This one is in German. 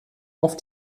auf